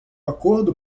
acordo